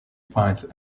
finds